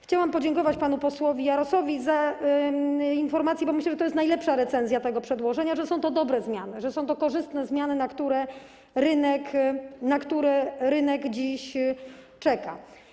Chciałam podziękować panu posłowi Jarosowi za informację, bo myślę, że to jest najlepsza recenzja tego przedłożenia, mówiąca, że są to dobre zmiany, że są to korzystne zmiany, na które rynek dziś czeka.